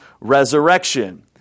resurrection